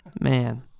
man